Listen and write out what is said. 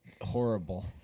horrible